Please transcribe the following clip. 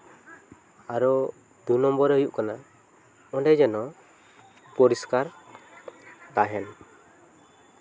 ᱟᱨᱚ ᱫᱩ ᱱᱚᱢᱵᱚᱨ ᱨᱮ ᱦᱩᱭᱩᱜ ᱠᱟᱱᱟ ᱚᱸᱰᱮ ᱡᱮᱱᱚ ᱯᱚᱨᱤᱥᱠᱟᱨ ᱛᱟᱦᱮᱱ